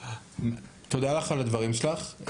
תודה על הדברים שלך.